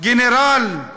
"גנרל,